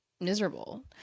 miserable